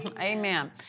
Amen